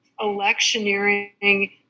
electioneering